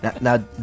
now